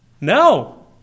No